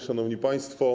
Szanowni Państwo!